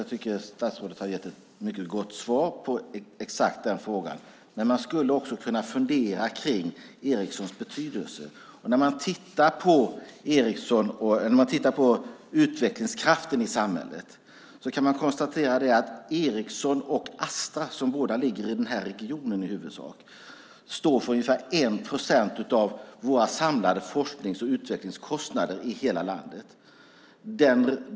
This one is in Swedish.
Jag tycker att statsrådet har gett ett mycket gott svar på exakt den fråga som ställts. Men man skulle också kunna fundera kring Ericssons betydelse. När man tittar på utvecklingskraften i samhället kan man konstatera att Ericsson och Astra, som båda i huvudsak ligger i den här regionen, står för ungefär 1 procent av våra samlade forsknings och utvecklingskostnader i hela landet.